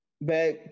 back